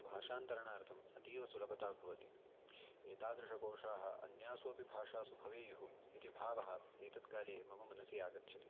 भाषान्तरणार्थम् अतीव सुलभता भवति एतादृशाः कोषाः अन्यासु अपि भाषासु भवेयुः इति भावः एतत्काले मम मनसि आगच्छति